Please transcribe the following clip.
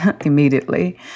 immediately